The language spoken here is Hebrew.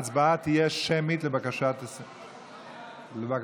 ההצבעה תהיה שמית לבקשת 20 ח"כים.